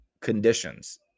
conditions